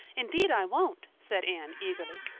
indeed, i won't, said anne eagerly.